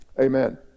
Amen